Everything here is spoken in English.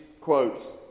quotes